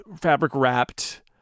fabric-wrapped